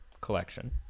collection